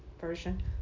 version